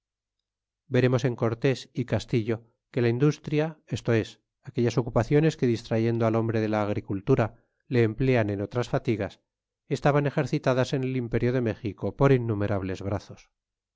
veremos en cortés y castillo que la industria esto es aquellas ocupaciones que distray ndo al hombre de la agricultura le emplean en otras fatigas estaban ejercitadas en el imperio de méjico por innumerables brazos